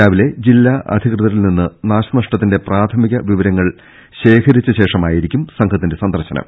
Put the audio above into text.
രാവിലെ ജില്ലാ അധികൃതരിൽ നിന്ന് നാശനഷ്ടത്തിന്റെ പ്രാഥമിക വിവര ങ്ങൾ ശേഖരിച്ച ശേഷമായിരിക്കും സംഘത്തിന്റെ സന്ദർശനം